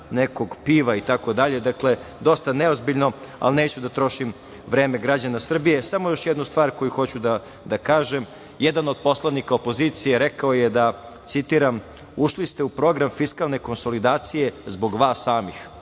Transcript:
nekog piva, itd. Dakle, dosta neozbiljno, ali neću da trošim vreme građana Srbije. Samo još jedna stvar koju hoću da kažem. Jedan od poslanika opozicije rekao je da, citiram: „ušli ste u program fiskalne konsolidacije zbog vas samih“.